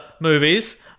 Movies